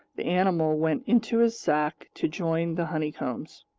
the animal went into his sack to join the honeycombs.